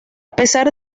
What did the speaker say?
pesar